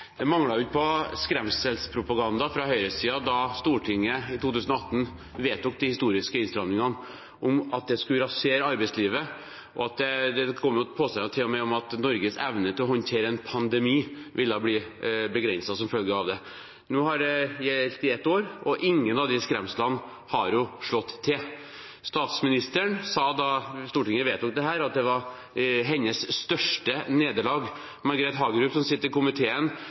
Det manglet ikke på skremselspropaganda fra høyresiden da Stortinget i 2018 vedtok de historiske innstramningene: Det ville rasere arbeidslivet, og det kom til og med påstander om at Norges evne til å håndtere en pandemi ville bli begrenset som følge av det. Nå har de gjeldt i ett år, og ingen av skremslene har slått til. Statsministeren sa da Stortinget vedtok dette, at det var hennes største nederlag. Margret Hagerup, som sitter i komiteen,